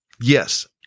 Yes